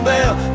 Bell